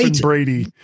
Brady